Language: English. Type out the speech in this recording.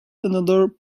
another